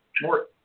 more